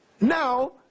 now